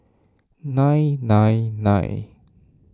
nine nine nine